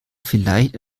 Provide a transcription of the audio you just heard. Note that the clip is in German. vielleicht